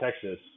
Texas